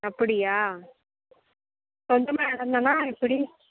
அப்படியா கொஞ்சமாக இடந்தானா எப்படி